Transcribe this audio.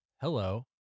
hello